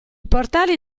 portali